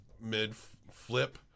mid-flip